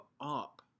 up